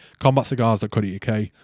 Combatcigars.co.uk